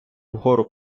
вгору